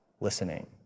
listening